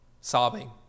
Sobbing